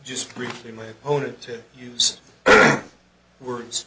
just briefly my opponent to use words